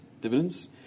dividends